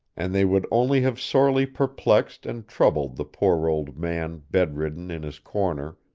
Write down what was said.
and they would only have sorely perplexed and troubled the poor old man bedridden in his corner,